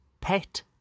Pet